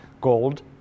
gold